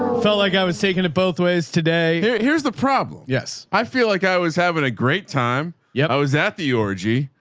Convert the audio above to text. felt like i was taking it both ways today. here's the problem. yes. i feel like i was having a great time. yeah i was at the orgy.